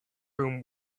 room